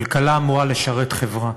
כלכלה אמורה לשרת חברה.